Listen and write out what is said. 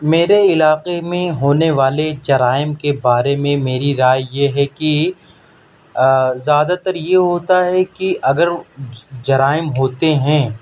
میرے علاقہ میں ہونے والے جرائم کے بارے میں میری رائے یہ ہے کہ زیادہ تر یہ ہوتا ہے کہ اگر جرائم ہوتے ہیں